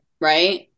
right